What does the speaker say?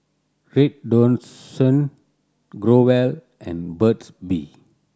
Redoxon Growell and Burt's Bee